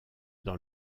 dans